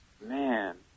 Man